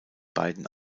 beiden